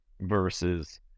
versus